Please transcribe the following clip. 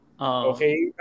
Okay